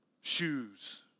shoes